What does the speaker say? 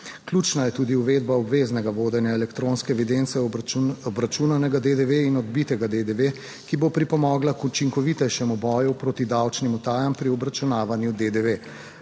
Ključna je tudi uvedba obveznega vodenja elektronske evidence obračunanega DDV in odbitega DDV, ki bo pripomogla k učinkovitejšemu boju proti davčnim utajam pri obračunavanju DDV.